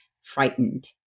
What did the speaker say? frightened